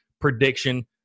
prediction